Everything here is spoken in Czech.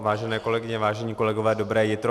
Vážené kolegyně, vážení kolegové, dobré jitro.